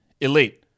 elite